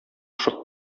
шок